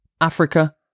Africa